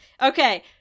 Okay